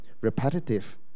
Repetitive